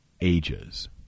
ages